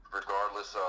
regardless